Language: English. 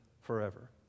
forever